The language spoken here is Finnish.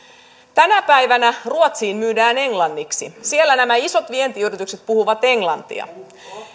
tänä päivänä ruotsiin myydään englanniksi siellä nämä isot vientiyritykset puhuvat englantia